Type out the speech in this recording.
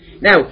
now